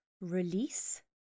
release